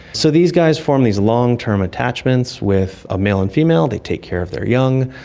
so these guys form these long-term attachments with a male and female that take care of their young,